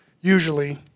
usually